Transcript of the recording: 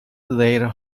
their